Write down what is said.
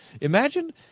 imagine